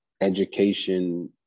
education